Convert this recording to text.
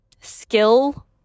skill